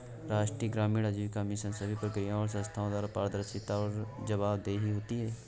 राष्ट्रीय ग्रामीण आजीविका मिशन सभी प्रक्रियाओं और संस्थानों की पारदर्शिता और जवाबदेही होती है